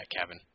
Kevin